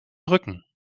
rücken